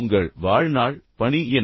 உங்கள் வாழ்நாள் பணி என்ன